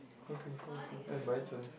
okay your turn eh my turn